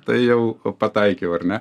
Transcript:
tai jau pataikiau ar ne